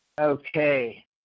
Okay